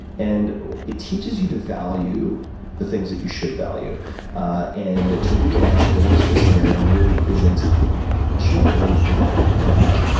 and it teaches you to value the things that you should value and to realize that the worst case scenario really isn't generally that bad.